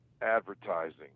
advertising